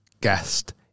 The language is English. guest